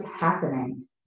happening